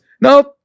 nope